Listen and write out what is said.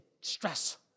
stress